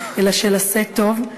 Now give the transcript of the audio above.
אלא של "עשה טוב",